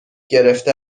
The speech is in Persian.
گرفته